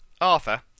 Arthur